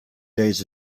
days